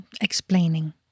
explaining